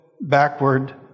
backward